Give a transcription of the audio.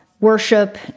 worship